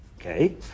Okay